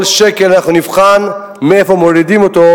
כל שקל, אנחנו נבחן מאיפה מורידים אותו,